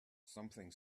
something